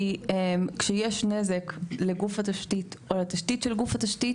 כי כשיש נזק לגוף התשתית או לתשתית של גוף התשתית,